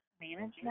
management